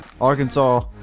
Arkansas